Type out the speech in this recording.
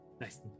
Nice